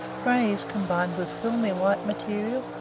grays combined with filmy white material,